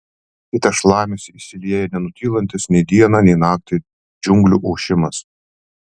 į tą šlamesį įsilieja nenutylantis nei dieną nei naktį džiunglių ošimas